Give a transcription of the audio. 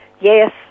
yes